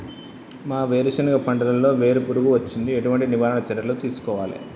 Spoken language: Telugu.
మా వేరుశెనగ పంటలలో వేరు పురుగు వచ్చింది? ఎటువంటి నివారణ చర్యలు తీసుకోవాలే?